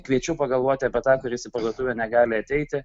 kviečiu pagalvoti apie tą kuris į parduotuvę negali ateiti